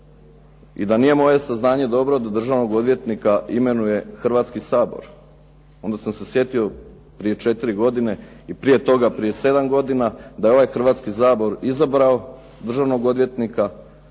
i da nije moje saznanje dobro da državnog odvjetnika imenuje Sabor. Onda sam se sjetio prije četiri godine i prije toga prije sedam godina da je ovaj Hrvatski sabor izabrao državnog odvjetnika, da